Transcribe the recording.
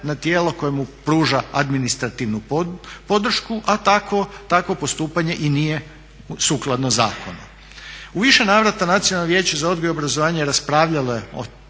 na tijelo koje mu pruža administrativnu podršku a takvo postupanje i nije sukladno zakonu. U više navrata Nacionalno vijeće za odgoj i obrazovanje je raspravljalo o